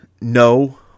No